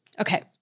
Okay